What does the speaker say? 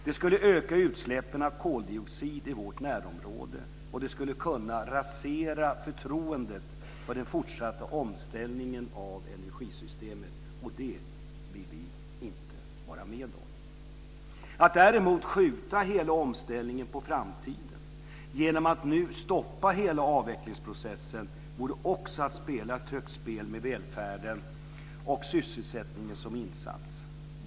Det skulle öka utsläppen av koldioxid i vårt närområde, och det skulle kunna rasera förtroendet för den fortsatta omställningen av energisystemet, och det vill vi inte vara med om. Att skjuta hela omställningen på framtiden genom att nu stoppa hela avvecklingsprocessen vore också att spela ett högt spel med välfärden och sysselsättningen som insats.